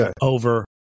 over